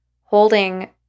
holding